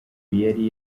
yari